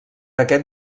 aquest